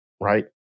Right